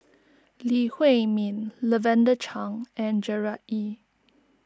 Lee Huei Min Lavender Chang and Gerard Ee